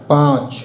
पाँच